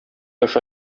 аша